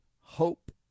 hope